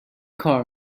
کار